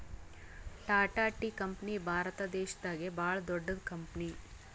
Tata tea company Bharat ದೇಶದಾಗೆ ಭಾಳ್ ದೊಡ್ಡದ್ ಕಂಪನಿ